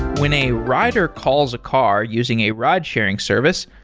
when a rider calls a car using a ride sharing service,